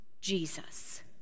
Jesus